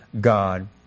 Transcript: God